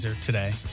today